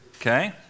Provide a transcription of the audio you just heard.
Okay